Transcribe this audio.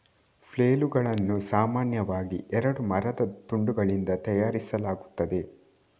ಫ್ಲೇಲುಗಳನ್ನು ಸಾಮಾನ್ಯವಾಗಿ ಎರಡು ಮರದ ತುಂಡುಗಳಿಂದ ತಯಾರಿಸಲಾಗುತ್ತದೆ